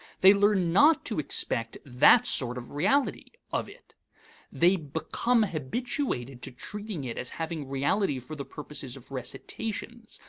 they learn not to expect that sort of reality of it they become habituated to treating it as having reality for the purposes of recitations,